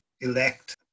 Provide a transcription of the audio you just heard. elect